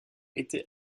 été